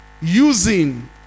Using